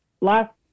last